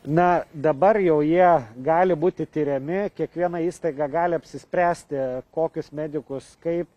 na dabar jau jie gali būti tiriami kiekviena įstaiga gali apsispręsti kokius medikus kaip